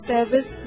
Service